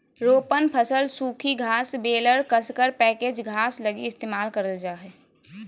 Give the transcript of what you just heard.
रोपण फसल सूखी घास बेलर कसकर पैकेज घास लगी इस्तेमाल करल जा हइ